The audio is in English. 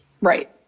Right